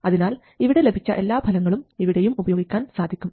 അതിനാൽ ഇവിടെ ലഭിച്ച എല്ലാ ഫലങ്ങളും ഇവിടെയും ഉപയോഗിക്കാൻ സാധിക്കും